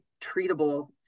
treatable